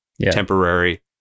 temporary